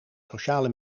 sociale